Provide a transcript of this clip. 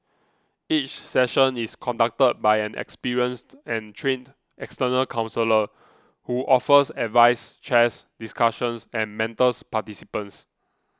each session is conducted by an experienced and trained external counsellor who offers advice chairs discussions and mentors participants